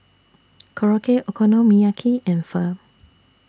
Korokke Okonomiyaki and Pho